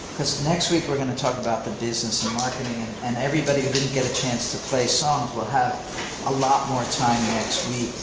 cause next week we're gonna talk about the business and so marketing and and everybody who didn't get a chance to play songs will have a lot more time next week.